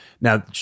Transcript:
Now